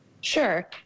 Sure